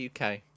UK